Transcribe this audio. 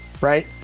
Right